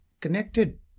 connected